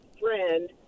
friend